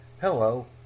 Hello